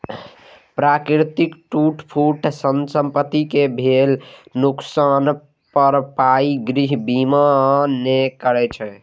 प्राकृतिक टूट फूट सं संपत्ति कें भेल नुकसानक भरपाई गृह बीमा नै करै छै